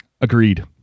Agreed